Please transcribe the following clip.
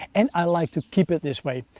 and i like to keep it this way.